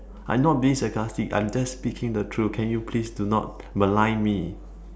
I'm not being sarcastic I am just speaking the truth can you please do not malign me